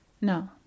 No